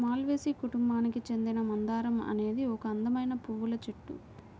మాల్వేసి కుటుంబానికి చెందిన మందారం అనేది ఒక అందమైన పువ్వుల చెట్టు